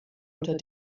unter